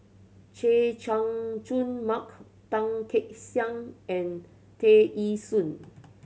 Chay Jung Jun Mark Tan Kek Xiang and Tear Ee Soon